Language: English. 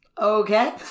Okay